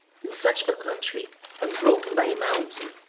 in such a country unbroken by a mountain,